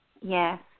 Yes